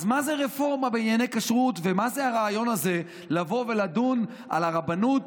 אז מה זה רפורמה בענייני כשרות ומה זה הרעיון הזה לבוא ולדון על הרבנות